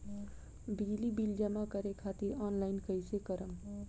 बिजली बिल जमा करे खातिर आनलाइन कइसे करम?